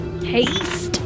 Haste